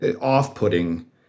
off-putting